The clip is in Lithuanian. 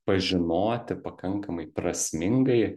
pažinoti pakankamai prasmingai